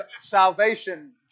Salvation